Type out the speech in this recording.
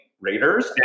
Raiders